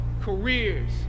careers